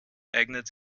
eignet